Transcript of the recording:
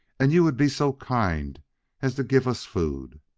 and you would be so kind as to giff us food.